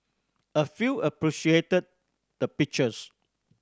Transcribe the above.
a few appreciated the pictures